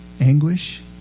anguish